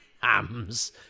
hams